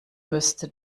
müsste